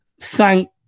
thank